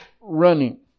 running